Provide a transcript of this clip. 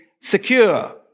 secure